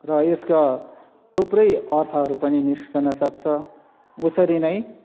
र यसका थुप्रै अर्थहरू पनि निस्कन सक्छ उसरी नै